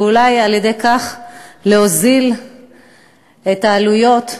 ואולי על-ידי כך להוזיל את העלויות,